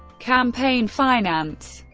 campaign finance